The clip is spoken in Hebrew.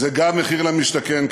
זה גם "מחיר למשתכן",